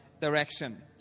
direction